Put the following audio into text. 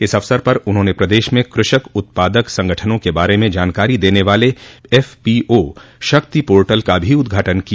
इस अवसर पर उन्होंने प्रदेश में कृषक उत्पादक संगठनों के बारे में जानकारी देने वाले एफपीओ शक्ति पोर्टल का भी उद्घाटन किया